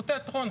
הוא תיאטרון,